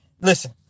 listen